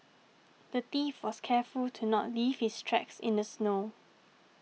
the thief was careful to not leave his tracks in the snow